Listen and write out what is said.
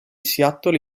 seattle